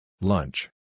Lunch